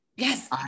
Yes